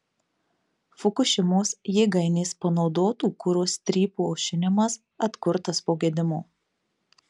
fukušimos jėgainės panaudotų kuro strypų aušinimas atkurtas po gedimo